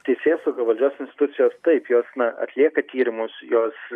teisėsauga valdžios institucijos taip jos na atlieka tyrimus jos